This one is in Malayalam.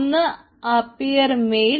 ഒന്ന് അപിയർ മെയിൽ